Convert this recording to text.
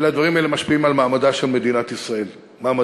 אלא הדברים האלה משפיעים על מעמדה של מדינת ישראל באומות.